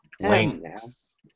Links